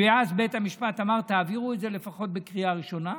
ואז בית המשפט אמר: תעבירו את זה לפחות בקריאה ראשונה,